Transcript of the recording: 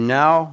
now